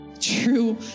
true